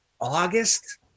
August